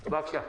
בבקשה.